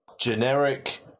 Generic